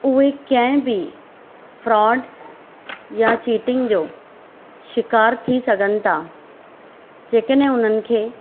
उहे कंहिं बि फ्रॉड या चीटिंग जो शिकारु थी सघनि था जेकॾहिं उन्हनि खे